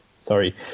sorry